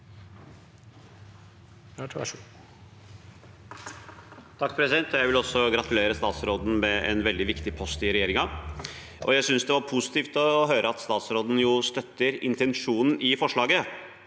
(V) Jeg vil også gratulere stats- råden med en veldig viktig post i regjeringen. Jeg synes det var positivt å høre at statsråden støtter intensjonen i forslaget.